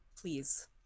Please